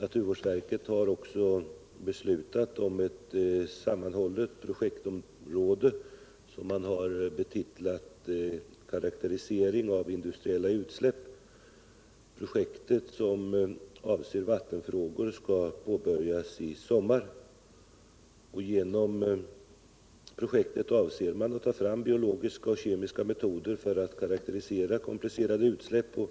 Naturvårdsverket har också beslutat om ett sammanhållet projektområde, som man har betitlat ”Karakterisering av industriella utsläpp”. Projektet, som avser vattenfrågor, skall påbörjas i sommar. Genom detta projekt avser man att ta fram biologiska och kemiska metoder för att karakterisera komplicerade utsläpp och